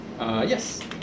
Yes